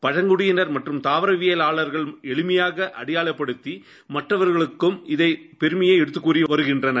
பழங்குடியினர் மற்றும் தாவரவியலாளர்கள் எளிமையாக அடையாளப்படுத்தி மற்றவர்களும் இதன் பெருமையை எடுத்துக் கூறி வருகின்றனர்